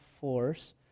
force